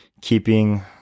keeping